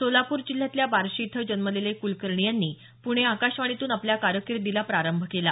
सोलापूर जिल्ह्यातल्या बार्शी इथं जन्मलेले कुलकर्णी यांनी पुणे आकाशवाणीतून आपल्या कारकिर्दीला प्रारंभ केला